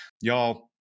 Y'all